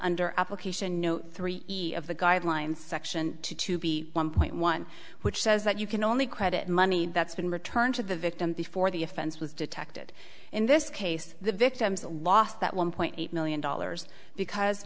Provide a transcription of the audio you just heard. under application no three of the guidelines section two to be one point one which says that you can only credit money that's been returned to the victim before the offense was detected in this case the victims lost that one point eight million dollars because